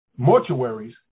mortuaries